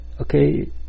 okay